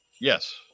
Yes